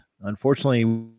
Unfortunately